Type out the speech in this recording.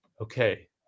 Okay